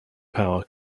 power